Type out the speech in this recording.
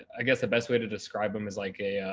i guess the best way to describe him as like a,